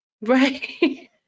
Right